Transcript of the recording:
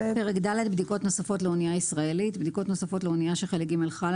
93.בדיקות נוספות לאנייה שחלק ג' חל